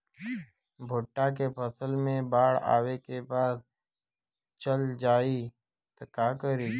भुट्टा के फसल मे बाढ़ आवा के बाद चल जाई त का करी?